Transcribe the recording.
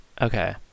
Okay